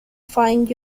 find